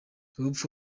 urupfu